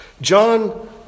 John